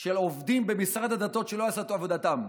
של עובדים במשרד הדתות שלא עשו את עבודתם,